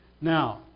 now